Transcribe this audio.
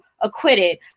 acquitted